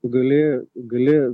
gali gali